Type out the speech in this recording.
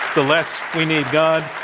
the less we need god.